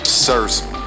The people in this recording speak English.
Sirs